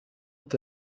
ont